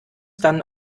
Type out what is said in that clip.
dann